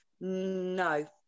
No